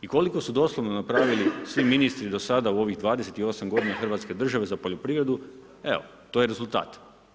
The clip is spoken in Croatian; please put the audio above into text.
I koliko su doslovno napravili svi ministri do sada u ovih 28 godina hrvatske države za poljoprivredu, evo, to je rezultat.